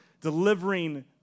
delivering